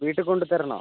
വീട്ടിൽ കൊണ്ടുവന്ന് തരണോ